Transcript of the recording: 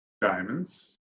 diamonds